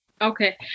Okay